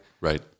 right